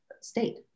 state